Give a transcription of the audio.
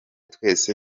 twese